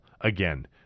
again